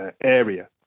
area